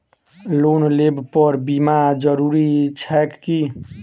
Loan लेबऽ पर बीमा जरूरी छैक की?